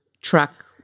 truck